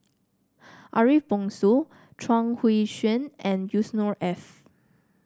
Ariff Bongso Chuang Hui Tsuan and Yusnor Ef